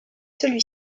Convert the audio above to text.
celui